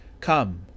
Come